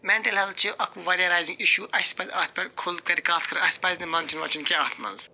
mental health چھُ اکھ وارِیاہ رایزِنٛگ اِشوٗ اَسہِ پَزِ اتھ پٮ۪ٹھ کھُلہٕ کٔرۍ کَتھ کَرٕنۍ اَسہِ پَزِ نہٕ منٛدچھُن ونٛدچھُن کیٚنٛہہ اَتھ منٛز